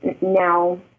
Now